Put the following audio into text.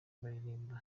bararirimba